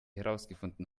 herausgefunden